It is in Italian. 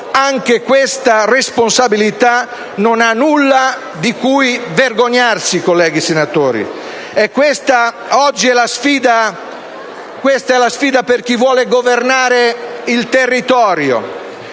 anche questa responsabilità non ha nulla di cui vergognarsi, colleghi senatori. È questa oggi la sfida per chi vuole governare il territorio,